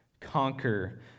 conquer